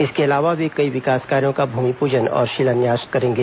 इसके अलावा वे कई विकास कार्यो का भूमिपूजन और शिलान्यास करेंगे